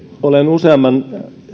olen useamman